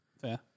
Fair